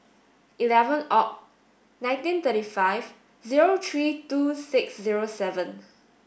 eleven Oct nineteen thirty five zero three two six zero seven